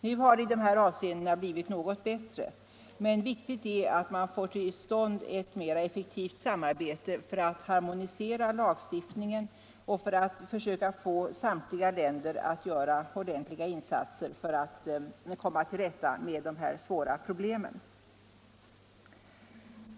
Nu har det i dessa avseenden blivit något bättre, men det är viktigt att få till stånd ett mer effektivt internationellt samarbete för att harmonisera lagstiftningen och försöka få samtliga länder att göra ordentliga insatser för att komma till rätta med de här svåra problemen.